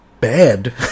bad